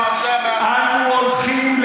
אבל לגבי האזרחים הערבים,